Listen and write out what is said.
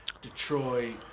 Detroit